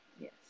Yes